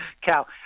cow